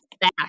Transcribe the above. back